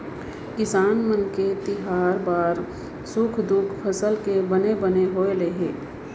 किसान मन के तिहार बार सुख दुख फसल के बने बने होवई ले हे